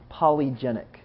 polygenic